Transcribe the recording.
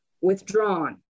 withdrawn